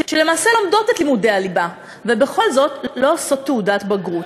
שלמעשה לומדות את לימודי הליבה ובכל זאת לא עושות תעודת בגרות,